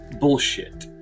bullshit